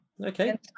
okay